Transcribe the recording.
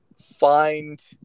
find